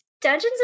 dungeons